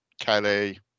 Kelly